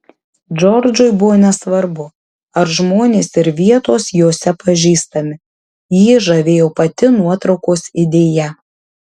džordžui buvo nesvarbu ar žmonės ir vietos jose pažįstami jį žavėjo pati nuotraukos idėja